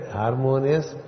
harmonious